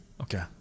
Okay